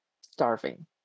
starving